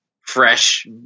fresh